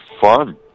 fun